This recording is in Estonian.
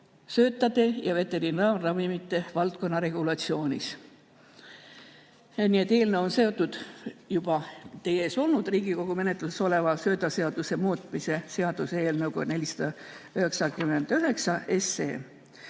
ravimsöötade ja veterinaarravimite valdkonna regulatsioonis. Nii et see eelnõu on seotud juba teie ees olnud Riigikogu menetluses oleva söödaseaduse muutmise seaduse eelnõuga 499.